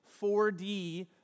4D